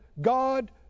God